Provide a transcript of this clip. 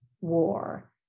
war